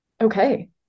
okay